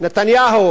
נתניהו